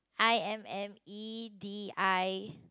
I M M E D I